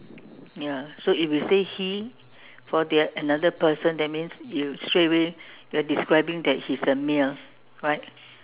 ya so if you say he for the another person that means you straight away you are describing that he's a male right